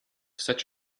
such